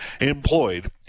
employed